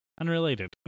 Unrelated